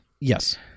yes